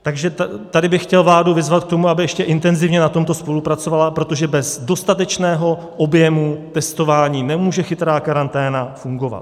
Takže tady bych chtěl vládu vyzvat k tomu, aby ještě intenzivně na tomto spolupracovala, protože bez dostatečného objemu testování nemůže chytrá karanténa fungovat.